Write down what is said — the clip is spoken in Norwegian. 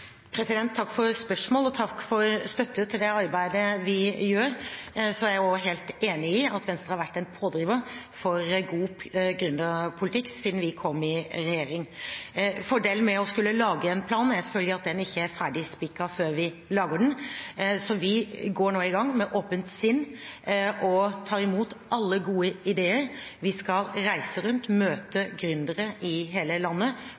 Takk for spørsmålet, og takk for støtten til det arbeidet vi gjør. Jeg er helt enig i at Venstre har vært en pådriver for god gründerpolitikk siden vi kom i regjering. Fordelen med å skulle lage en plan er selvfølgelig at den ikke er ferdig spikret før vi lager den, så vi går nå i gang med åpent sinn og tar imot alle gode ideer. Vi skal reise rundt og møte gründere og folk som kommer med innspill, i hele landet.